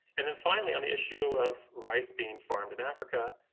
and then finally, on the issue of rice being farmed in africa,